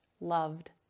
loved